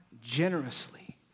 generously